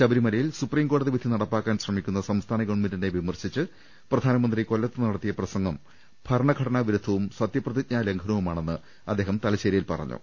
ശബരിമലയിൽ സുപ്രീംകോടതിവിധി നടപ്പാക്കാൻ ശ്രമിക്കുന്ന സംസ്ഥാന ഗവൺമെന്റിനെ വിമർശിച്ച് പ്രധാനമന്ത്രി കൊല്ലത്ത് നടത്തിയ പ്രസംഗം ഭരണഘടനാവിരുദ്ധവും സത്യപ്രതിജ്ഞാ ലംഘനവുമാണെന്ന് അദ്ദേഹം തലശ്ശേ രിയിൽ പറഞ്ഞു